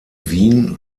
wien